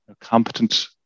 competent